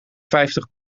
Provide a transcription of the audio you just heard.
vijftig